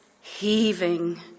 heaving